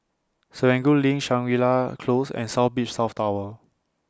Serangoon LINK Shangri La Close and South Beach South Tower